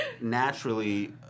naturally